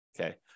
Okay